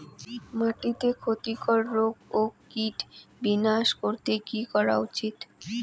মাটিতে ক্ষতি কর রোগ ও কীট বিনাশ করতে কি করা উচিৎ?